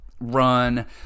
Run